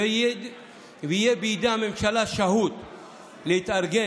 כדי שבידי הממשלה תהיה שהות להתארגן,